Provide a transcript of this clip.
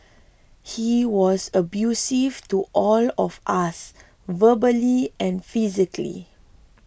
he was abusive to all of us verbally and physically